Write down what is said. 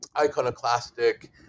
iconoclastic